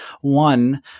One